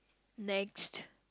next